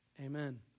Amen